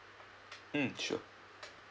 mm sure